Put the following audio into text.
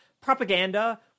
propaganda